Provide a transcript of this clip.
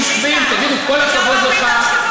סליחה, אפשר גם לומר ההפך, ידידי ניסן.